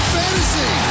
fantasy